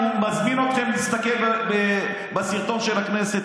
אני מזמין אתכם להסתכל בסרטון של הכנסת.